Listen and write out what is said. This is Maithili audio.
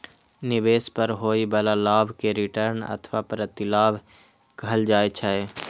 निवेश पर होइ बला लाभ कें रिटर्न अथवा प्रतिलाभ कहल जाइ छै